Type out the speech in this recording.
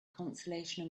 consolation